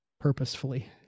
purposefully